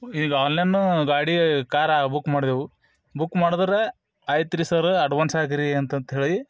ಈಗ ಆನ್ಲೈನ್ ಗಾಡಿ ಕಾರಾ ಬುಕ್ ಮಾಡ್ದೆವು ಬುಕ್ ಮಾಡಿದ್ರೆ ಆಯ್ತರೀ ಸರ ಅಡ್ವಾನ್ಸ್ ಹಾಕಿರಿ ಅಂತಂತ ಹೇಳಿ